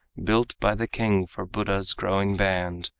built by the king for buddha's growing band,